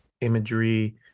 Imagery